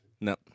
No